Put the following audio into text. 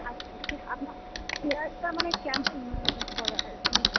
আচ্ছা তো আপনার হেয়ারটা মানে কেমন বলা যায় মানে